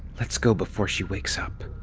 let's go before she wakes up,